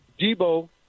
Debo